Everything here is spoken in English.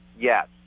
Yes